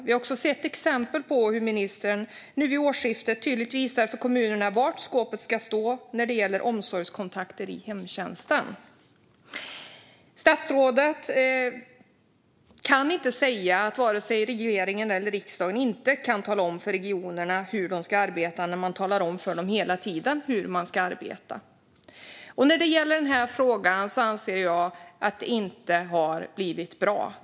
Vi har också sett exempel på hur ministern vid årsskiftet tydligt visade för kommunerna var skåpet ska stå när det gäller omsorgskontakter i hemtjänsten. Statsrådet kan inte säga att varken regeringen eller riksdagen kan tala om för regionerna hur de ska arbeta när man hela tiden talar om för dem hur de ska arbeta. I den här frågan har det inte blivit bra.